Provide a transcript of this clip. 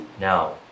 Now